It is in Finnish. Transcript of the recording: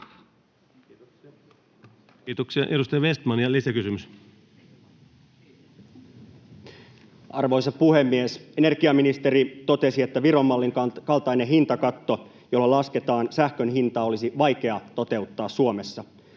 Vestman kok) Time: 16:08 Content: Arvoisa puhemies! Energiaministeri totesi, että Viron mallin kaltainen hintakatto, jolla lasketaan sähkön hintaa, olisi vaikea toteuttaa Suomessa.